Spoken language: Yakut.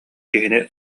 киһини